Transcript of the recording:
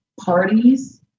parties